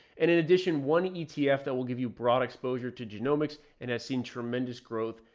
and in addition, one etf that will give you broad exposure to genomics and has seen tremendous growth.